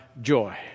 joy